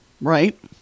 right